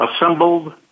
assembled